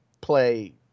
play